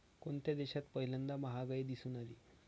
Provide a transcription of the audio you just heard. कोणत्या देशात पहिल्यांदा महागाई दिसून आली?